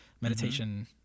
meditation